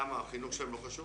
למה, החינוך שלהם לא חשוב?